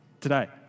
today